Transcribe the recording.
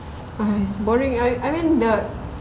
boring I meant the